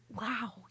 Wow